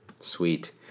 sweet